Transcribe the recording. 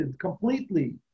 completely